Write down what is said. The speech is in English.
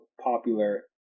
popular